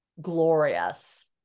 glorious